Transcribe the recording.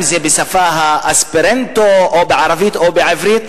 אם בשפת האספרנטו או בערבית או בעברית,